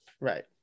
Right